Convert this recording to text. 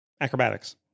Acrobatics